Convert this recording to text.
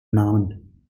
namen